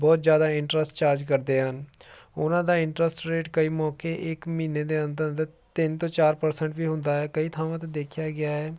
ਬਹੁਤ ਜ਼ਿਆਦਾ interest charge ਕਰਦੇ ਹਨ ਉਹਨਾਂ ਦਾ ਇੰਟਰਸਟ ਰੇਟ ਕਈ ਮੌਕੇ ਇੱਕ ਮਹੀਨੇ ਦੇ ਅੰਦਰ ਅੰਦਰ ਤਿੰਨ ਤੋਂ ਚਾਰ ਪ੍ਰਸੈਂਟ ਵੀ ਹੁੰਦਾ ਹੈ ਕਈ ਥਾਵਾਂ 'ਤੇ ਦੇਖਿਆ ਗਿਆ ਹੈ